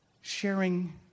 Sharing